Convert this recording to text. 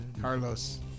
Carlos